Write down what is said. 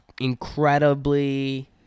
incredibly